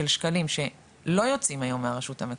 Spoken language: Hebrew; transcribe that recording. שקלים שלא יוצאים היום מהרשות המקומית,